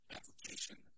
Application